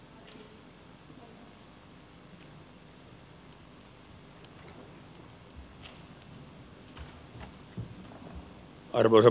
arvoisa puhemies